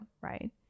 right